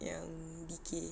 yang vicky